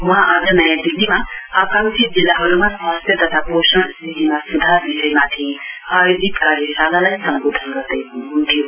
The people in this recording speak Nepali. वहाँ आज नयाँ दिल्लीमा आकाक्षी जिल्लाहरुमा स्वास्थ्य तथा पोषण स्थितिमा स्धार विषयमाथि आयोजित कार्यशालालाई सम्वोधन गर्दैहन्हन्थ्यो